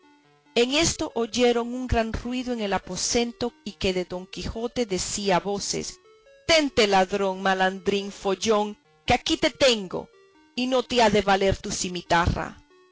en esto oyeron un gran ruido en el aposento y que don quijote decía a voces tente ladrón malandrín follón que aquí te tengo y no te ha de valer tu cimitarra